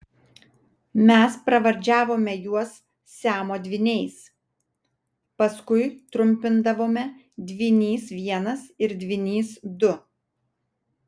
mes pravardžiavome juos siamo dvyniais paskui trumpindavome dvynys vienas ir dvynys du